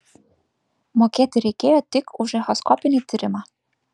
mokėti reikėjo tik už echoskopinį tyrimą